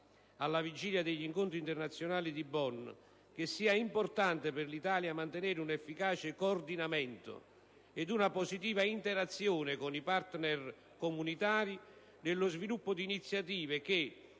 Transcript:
alla vigilia degli incontri internazionali di Bonn, che sia importante per l'Italia mantenere un efficace coordinamento ed una positiva interazione con i *partner* comunitari nello sviluppo di iniziative.